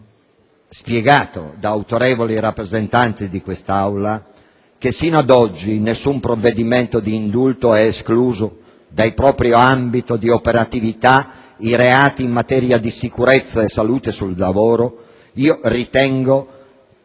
mi è stato spiegato da autorevoli rappresentanti di quest'Aula, che sino ad oggi, nessun provvedimento di indulto ha escluso dal proprio ambito di operatività i reati in materia di sicurezza e salute sul lavoro, ritengo che l'odierna inclusione